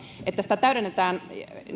että lakimuutosta täydennetään